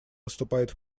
выступает